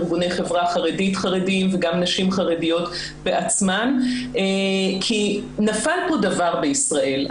ארגוני חברה חרדית חרדים וגם נשים חרדיות בעצמן כי נפל פה דבר בישראל.